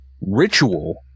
ritual